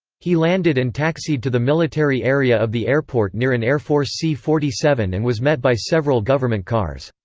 he landed and taxied to the military area of the airport near an air force c forty seven and was met by several government cars.